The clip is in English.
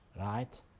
right